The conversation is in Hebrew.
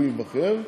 הוא ייבחר.